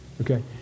Okay